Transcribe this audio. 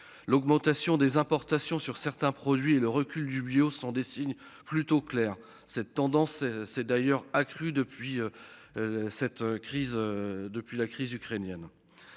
L'augmentation des importations sur certains produits et le recul du bio sont des signes plutôt clair, cette tendance s'est d'ailleurs accrue depuis. Cette crise